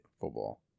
football